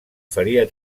faria